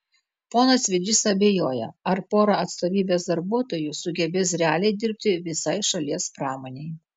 ponas vidžys abejoja ar pora atstovybės darbuotojų sugebės realiai dirbti visai šalies pramonei